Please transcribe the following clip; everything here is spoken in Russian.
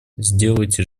сделайте